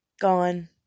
gone